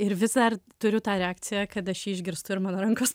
ir vis dar turiu tą reakciją kad jį išgirstu ir mano rankos